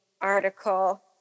article